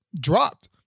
dropped